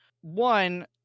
One